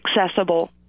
accessible